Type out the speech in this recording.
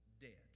dead